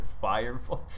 Firefly